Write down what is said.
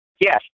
Yes